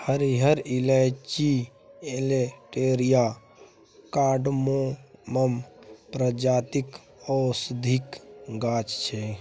हरियर इलाईंची एलेटेरिया कार्डामोमम प्रजातिक औषधीक गाछ छै